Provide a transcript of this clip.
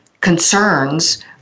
concerns